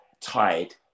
tide